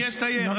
אני אסיים.